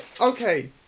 okay